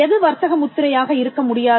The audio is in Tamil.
எது வர்த்தக முத்திரையாக இருக்க முடியாது